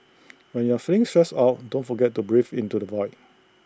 when you are feeling stressed out don't forget to breathe into the void